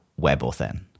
WebAuthn